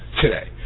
today